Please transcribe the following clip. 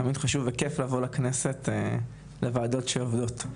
תמיד חשוב וכיף לבוא לכנסת לוועדות שעובדות.